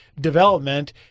development